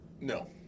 No